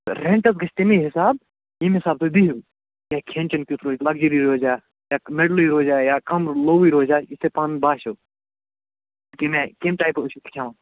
rent حظ گژھِ تٔمی حِساب ییٚمہِ حسابہٕ تُہۍ بیٚہِیو کھٮ۪ن چٮ۪ن کٮُ۪تھ روزِ لَکجٕری روزِیا یا مِڈلٕے روزیا یا کَم لوٕے روزیا یُتھ تۄہہِ پَنُن باسٮ۪و کٔمہِ آیہِ کٔمہِ ٹایپُک ٲسِو کھٮ۪وان